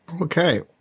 Okay